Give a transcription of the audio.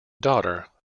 daughter